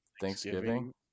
Thanksgiving